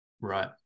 Right